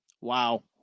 Wow